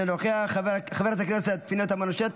אינו נוכח, חבר הכנסת ירון לוי,